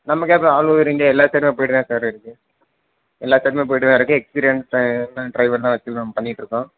நம்ம cab all over India எல்லா சைடும் போய்விட்டு தான் சார் இருக்கு எல்லா சைடுமே போயிவிட்டு தான் இருக்கு எக்ஸ்பீரியன்ஸான ட்ரைவர்லாம் வச்சி நம்ம பண்ணிட்டுருக்கோம்